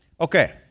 Okay